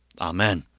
Amen